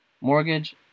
mortgage